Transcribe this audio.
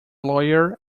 lawyer